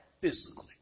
physically